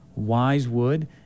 wisewood